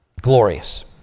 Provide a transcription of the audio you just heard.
glorious